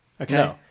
Okay